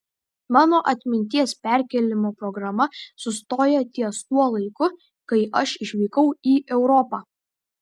mano atminties perkėlimo programa sustoja ties tuo laiku kai aš išvykau į europą